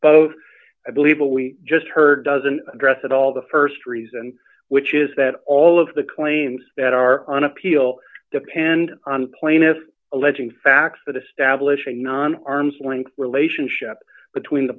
both i believe what we just heard doesn't address at all the st reason which is that all of the claims that are on appeal depend on plaintiffs alleging facts that establish a non arm's length relationship between the